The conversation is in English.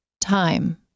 time